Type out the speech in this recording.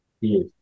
Yes